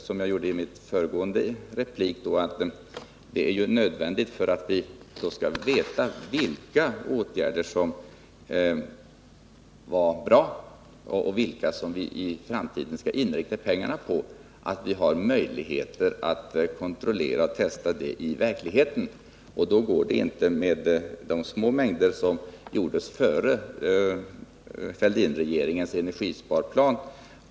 Som jag sade i min föregående replik är det nödvändigt att vi får möjligheter att testa och kontrollera olika energibesparande åtgärder för att vi i framtiden skall veta vilka av dem som vi skall satsa pengar på. Då räcker det inte med de små försök som gjordes före Fälldinregeringens energisparplan.